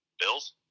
Bills